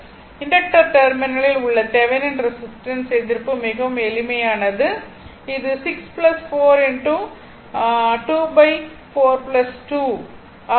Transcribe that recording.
inductor டெர்மினலில் உள்ள தேவனின் ரெசிஸ்டன்ஸ் எதிர்ப்பு மிகவும் எளிமையானது இது 6 4 24 2 ஆக இருக்கும்